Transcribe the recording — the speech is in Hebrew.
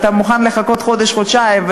ואתה מוכן לחכות חודש-חודשיים,